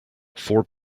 four